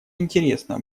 интересно